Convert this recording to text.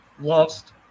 Lost